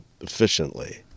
efficiently